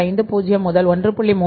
50 முதல் 1